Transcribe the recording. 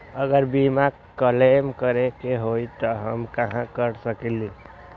अगर बीमा क्लेम करे के होई त हम कहा कर सकेली?